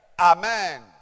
amen